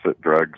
drugs